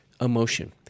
emotion